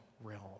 realm